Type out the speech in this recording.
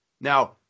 Now